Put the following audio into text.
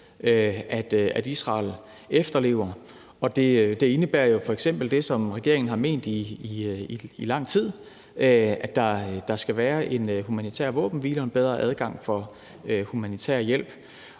at Israel efterlever. Det indebærer jo f.eks. det, som regeringen har ment i lang tid, nemlig at der skal være en humanitær våbenhvile og en bedre adgang for humanitær hjælp.